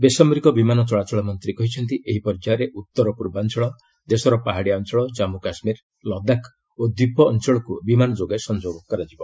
ବେସାରିକ ବିମାନ ଚଳାଚଳ ମନ୍ତ୍ରୀ କହିଛନ୍ତି ଏହି ପର୍ଯ୍ୟାୟରେ ଉତ୍ତର ପୂର୍ବାଞ୍ଚଳ ଦେଶର ପାହାଡ଼ିଆ ଅଞ୍ଚଳ ଜମ୍ମୁ କାଶ୍ମୀର ଲଦାଖ୍ ଓ ଦ୍ୱୀପ ଅଞ୍ଚଳକୁ ବିମାନ ଯୋଗେ ସଂଯୋଗ କରାଯିବ